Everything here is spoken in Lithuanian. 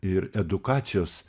ir edukacijos